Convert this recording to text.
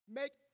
make